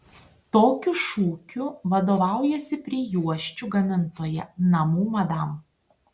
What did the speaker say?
tokiu šūkiu vadovaujasi prijuosčių gamintoja namų madam